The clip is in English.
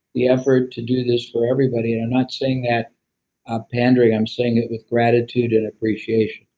the effort to do this for everybody. i'm not saying that um pandering. i'm saying it with gratitude and appreciation.